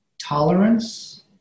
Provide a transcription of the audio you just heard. tolerance